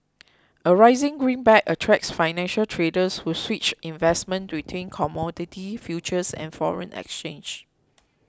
a rising greenback attracts financial traders who switch investments between commodity futures and foreign exchange